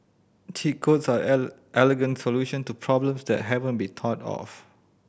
cheat codes are elegant solution to problems that haven't been thought of